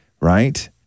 Right